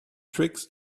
tricks